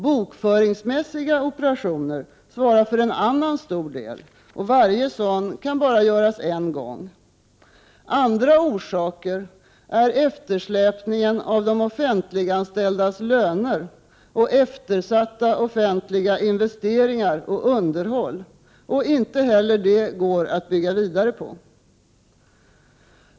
Bokföringsmässiga operationer svarar för en annan stor del, och varje sådan kan göras bara en gång. Andra orsaker är eftersläpningen av de offentliganställdas löner och eftersatta investeringar och underhåll, och inte heller det går det att bygga vidare på.